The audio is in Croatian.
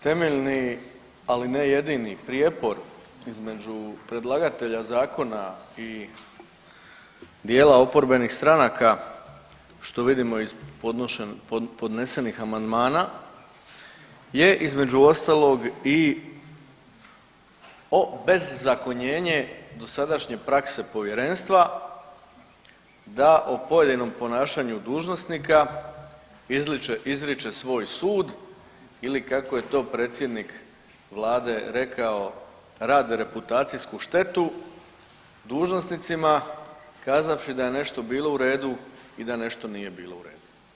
Temeljni, ali ne jedini prijepor između predlagatelja zakona i dijela oporbenih stranaka što vidimo iz podesenih amandmana je između ostalog i obezzakonjenje dosadašnje prakse povjerenstva da o pojedinom ponašanju dužnosnika izriče svoj sud ili kako je to predsjednik vlade rekao rade reputacijsku štetu dužnosnicima kazavši da je nešto bilo u redu i da nešto nije bilo u redu.